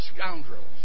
scoundrels